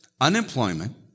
unemployment